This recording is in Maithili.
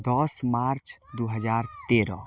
दस मार्च दुइ हजार तेरह